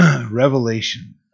Revelation